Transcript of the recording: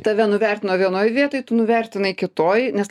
tave nuvertino vienoj vietoj tu nuvertinai kitoj nes